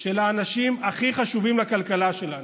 של האנשים הכי חשובים לכלכלה שלנו,